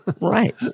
right